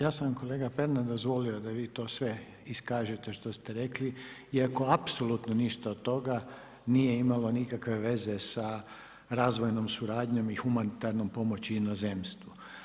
Ja sam kolega Pernar dozvolio da vi to sve iskažete što ste rekli iako apsolutno ništa od toga nije imalo nikakve veze sa razvojnom suradnjom i humanitarnom pomoći inozemstvu.